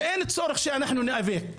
ואין צורך שאנחנו נאבק,